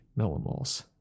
millimoles